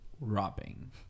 robbing